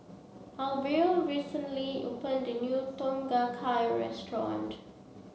Arvil recently opened a new Tom Kha Gai Restaurant